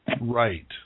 right